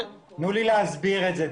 תנו לי להסביר את זה.